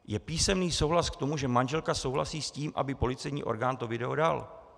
Je písemný souhlas k tomu, že manželka souhlasí s tím, aby policejní orgán video dal.